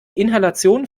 inhalation